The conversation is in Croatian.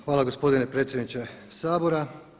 Hvala gospodine predsjedniče Sabora.